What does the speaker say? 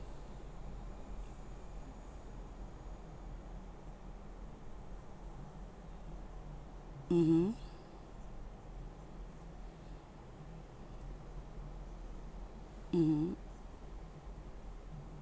mmhmm mmhmm